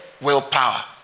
Willpower